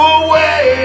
away